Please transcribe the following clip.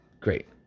Great